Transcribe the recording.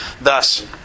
thus